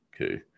Okay